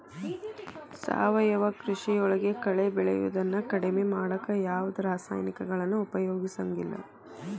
ಸಾವಯವ ಕೃಷಿಯೊಳಗ ಕಳೆ ಬೆಳಿಯೋದನ್ನ ಕಡಿಮಿ ಮಾಡಾಕ ಯಾವದ್ ರಾಸಾಯನಿಕಗಳನ್ನ ಉಪಯೋಗಸಂಗಿಲ್ಲ